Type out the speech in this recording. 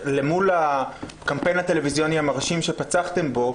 למול הקמפיין הטלוויזיוני המרשים שפצחתם בו,